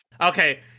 okay